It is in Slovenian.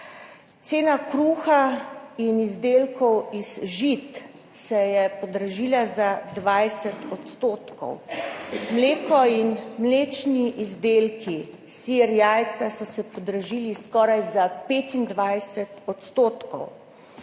Cena kruha in izdelkov iz žit se je podražila za 20 %. Mleko in mlečni izdelki, sir, jajca so se podražili skoraj za 25 %.